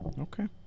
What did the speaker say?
okay